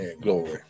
Glory